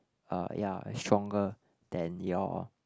uh ya stronger than your